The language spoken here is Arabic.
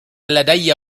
لدي